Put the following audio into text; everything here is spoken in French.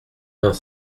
vingt